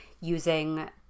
using